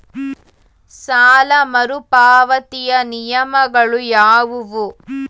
ಸಾಲ ಮರುಪಾವತಿಯ ನಿಯಮಗಳು ಯಾವುವು?